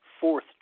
fourth